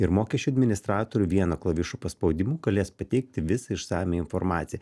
ir mokesčių administratoriu vieno klavišo paspaudimu galės pateikti visą išsamią informaciją